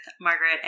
Margaret